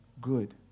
good